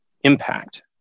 impact